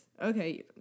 Okay